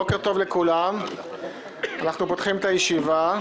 בוקר טוב לכולם, אנחנו פותחים את הישיבה.